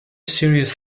serious